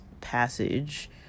passage